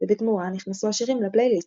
ובתמורה נכנסו השירים ל-Playlist,